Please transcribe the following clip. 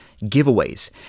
giveaways